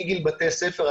מגיל בתי ספר.